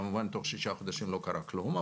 כמובן תוך שישה חודשים לא קרה כלום,